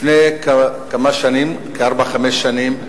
לפני כמה שנים, ארבע-חמש שנים,